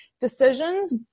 decisions